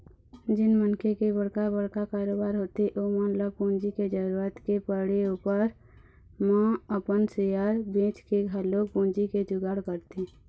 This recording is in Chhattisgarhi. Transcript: जेन मनखे के बड़का बड़का कारोबार होथे ओमन ल पूंजी के जरुरत के पड़े ऊपर म अपन सेयर बेंचके घलोक पूंजी के जुगाड़ करथे